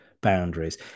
boundaries